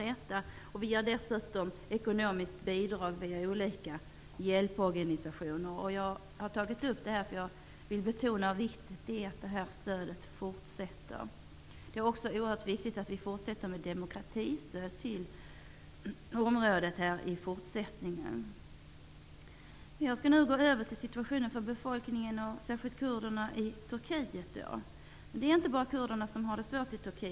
Dessutom har Sverige gett ekonomiska bidrag via olika hjälporganisationer. Jag vill betona hur viktigt det är att stödet fortsätter att utgå. Det är också oerhört viktigt att fortsätta med demokratistödet till området även i fortsättningen. Jag skall nu gå över till situationen för kurderna i Turkiet. Det är inte bara kurderna som har det svårt i Turkiet.